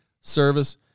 service